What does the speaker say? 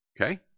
Okay